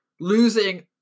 losing